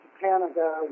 Canada